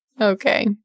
Okay